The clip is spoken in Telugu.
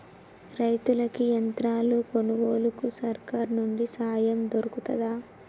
రైతులకి యంత్రాలు కొనుగోలుకు సర్కారు నుండి సాయం దొరుకుతదా?